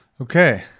Okay